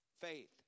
Faith